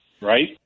right